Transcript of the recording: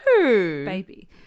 Baby